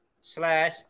slash